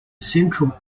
central